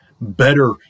better